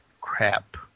crap